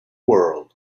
world